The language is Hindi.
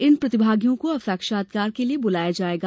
इन प्रतिभागियों को अब साक्षात्कार के लिये बुलाया जायेगा